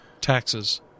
Taxes